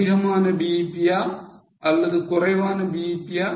அதிகமான BEP யா அல்லது குறைவான BEP யா